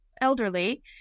elderly